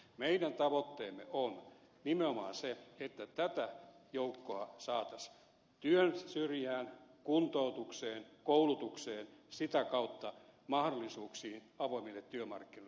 meidän tavoitteemme on nimenomaan se että tätä joukkoa saataisiin työn syrjään kuntoutukseen koulutukseen sitä kautta mahdollisuuksiin avoimille työmarkkinoille